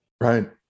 right